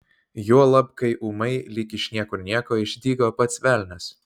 juolab kai ūmai lyg iš niekur nieko išdygo pats velnias